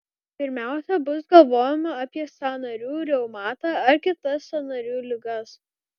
pirmiausia bus galvojama apie sąnarių reumatą ar kitas sąnarių ligas